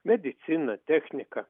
mediciną techniką